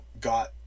got